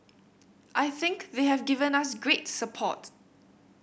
I think they have given us great support